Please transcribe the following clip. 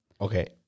Okay